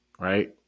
right